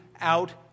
out